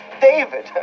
David